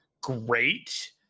great